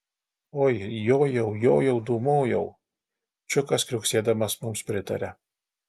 oi jojau jojau dūmojau čiukas kriuksėdamas mums pritaria